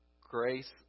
grace